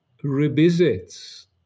revisits